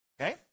Okay